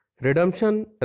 redemption